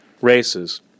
races